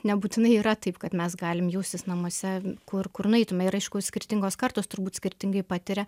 nebūtinai yra taip kad mes galim jaustis namuose kur kur nueitum ir aišku skirtingos kartos turbūt skirtingai patiria